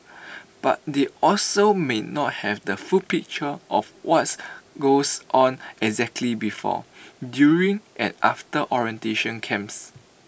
but they also may not have the full picture of was goes on exactly before during and after orientation camps